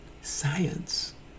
science